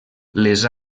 les